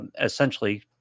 essentially